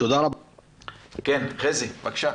חזי, בבקשה.